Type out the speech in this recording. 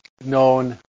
known